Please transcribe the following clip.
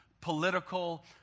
political